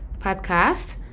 podcast